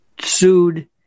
sued